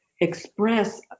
express